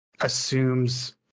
assumes